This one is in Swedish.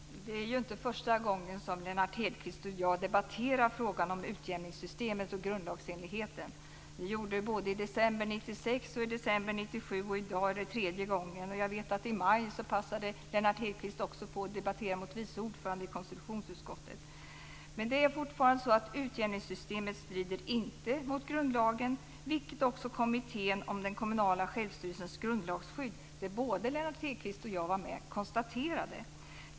Fru talman! Det är inte första gången som Lennart Hedquist och jag debatterar frågan om utjämningssystemet och grundlagsenligheten. Vi gjorde det både i december 1996 och i december 1997. I dag är det tredje gången. Jag vet att Lennart Hedquist i maj passade på att debattera det mot vice ordföranden i konstitutionsutskottet. Men det är fortfarande så att utjämningssystemet inte strider mot grundlagen, vilket också kommittén om den kommunala självstyrelsens grundlagsskydd, där både Lennart Hedquist och jag var med, konstaterade.